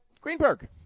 Greenberg